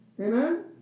Amen